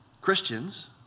Christians